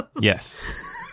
Yes